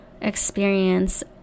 experience